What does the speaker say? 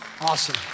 Awesome